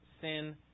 sin